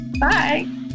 bye